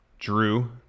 Drew